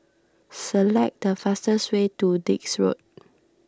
select the fastest way to Dix Road